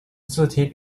字体